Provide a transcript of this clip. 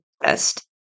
best